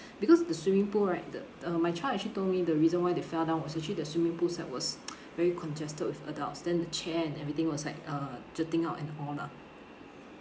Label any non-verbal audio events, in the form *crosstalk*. because the swimming pool right the uh my child actually told me the reason why they fell down was actually the swimming pool side was *noise* very congested with adults then the chair and everything was like uh jutting out and all lah